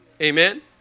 Amen